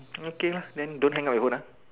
okay lah then don't hang up your phone ah